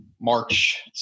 March